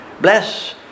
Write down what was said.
Bless